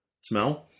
smell